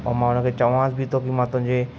ऐं मां उन खे चवांसि बि थो की मां तुंहिंजे